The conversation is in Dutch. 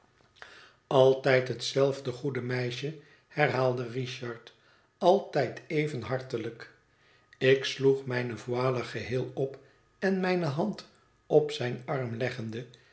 altijd hetzelfde goede meisje herhaalde richard altijd even hartelijk ik sloeg mijne voile geheel op en mijne hand op zijn arm leggende